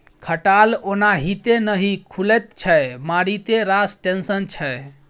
खटाल ओनाहिते नहि खुलैत छै मारिते रास टेंशन छै